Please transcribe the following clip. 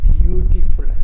beautiful